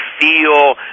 feel